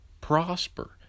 prosper